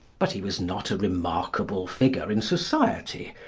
but he was not a remarkable figure in society,